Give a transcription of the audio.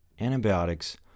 Antibiotics